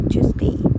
Tuesday